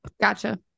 Gotcha